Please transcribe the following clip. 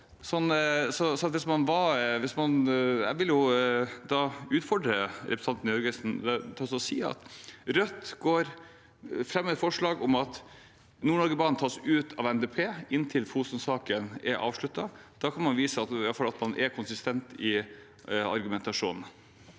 Jeg vil utfordre representanten Jørgensen til å si at Rødt fremmer et forslag om at Nord-Norge-banen tas ut av NTP inntil Fosen-saken er avsluttet. Da kan man iallfall vise at man er konsistent i argumentasjonen.